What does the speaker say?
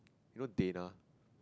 you know Deana